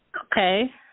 Okay